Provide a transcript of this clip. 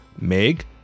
Meg